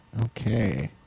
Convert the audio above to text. Okay